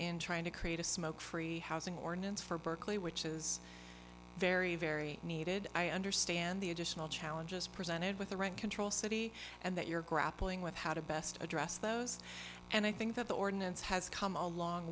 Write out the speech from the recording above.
and trying to create a smoke free housing warnings for berkeley which is very very needed i understand the additional challenges presented with the rent control city and that you're grappling with how to best address those and i think that the ordinance has come a long